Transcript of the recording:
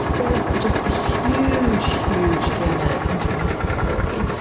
there's just a huge, huge gamut in terms of quality.